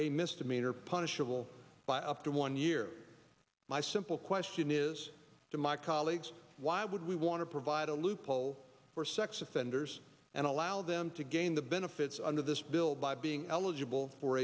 a misdemeanor punishable by up to one year my simple question is to my colleagues why would we want to provide a loophole for sex offenders and allow them to gain the benefits under this bill by being eligible for